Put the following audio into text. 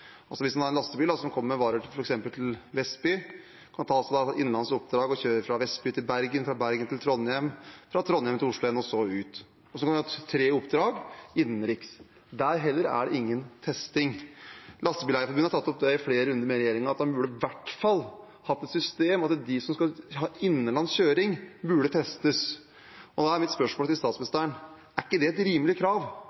Hvis man har en lastebil som kommer med varer f.eks. til Vestby, kan man ta seg innenlands oppdrag og kjøre fra Vestby til Bergen, fra Bergen til Trondheim, fra Trondheim til Oslo igjen og så ut – tre oppdrag innenriks. Der er det heller ingen testing. Norges Lastebileier-Forbund har tatt opp i flere runder med regjeringen at en burde i hvert fall hatt et system der de som skal ha innenlands kjøring, burde testes. Da er mitt spørsmål til